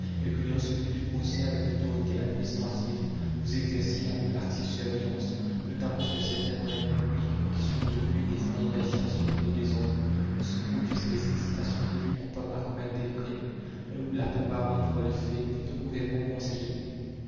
et que dans ce but de concert avec l'autorité administrative vous exerciez la plus active surveillance notamment sur certaines réunions publiques qui sont devenues des foyers d'agitation et de désordre où se produisent les excitations les plus coupables à commettre des crimes et où la propagande par le fait est ouvertement conseillée